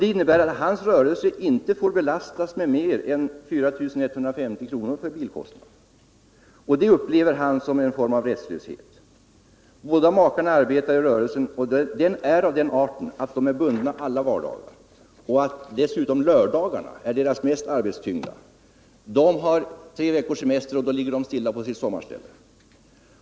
Det innebär att hans rörelse inte får belastas med mer än 4150 kr. för bilkostnader. Det upplever han som en form av rättslöshet. Båda makarna arbetar i rörelsen, som är av den arten att de är bundna alla vardagar. Lördagarna är dessutom deras mest arbetstyngda. De tar tre veckors semester, som de tillbringar på sitt sommarställe.